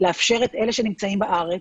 לאפשר את אלה שנמצאים בארץ,